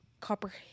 copper